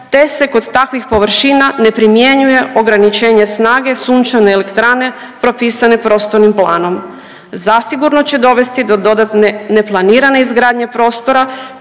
te se kod takvih površina ne primjenjuje ograničenje snage sunčane elektrane propisane prostornim planom. Zasigurno će dovesti do dodatne neplanirane izgradnje prostora